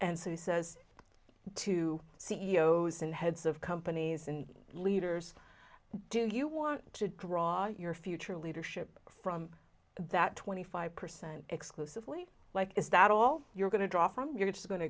and so he says to c e o s and heads of companies and leaders do you want to draw your future leadership from that twenty five percent exclusively like is that all you're going to draw from you're just going to